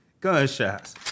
Gunshots